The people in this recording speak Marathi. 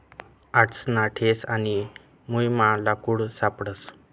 आडसना देठ आणि मुयमा लाकूड सापडस